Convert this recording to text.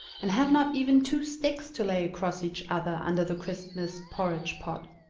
and have not even two sticks to lay across each other under the christmas porridge-pot.